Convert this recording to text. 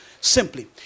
simply